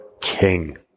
king